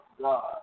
God